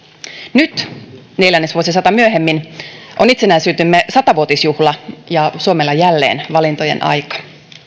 nyt neljännesvuosisata myöhemmin on itsenäisyytemme sata vuotisjuhla ja suomella jälleen valintojen aika